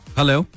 hello